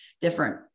different